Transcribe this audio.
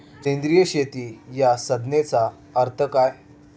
सेंद्रिय शेती या संज्ञेचा अर्थ काय?